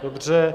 Dobře.